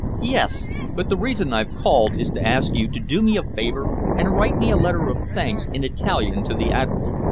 yes. but the reason i've called is to ask you to do me a favor and write me a letter of thanks in italian to the admiral,